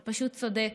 אתה פשוט צודק.